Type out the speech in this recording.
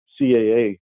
CAA